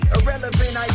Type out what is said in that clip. Irrelevant